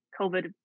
COVID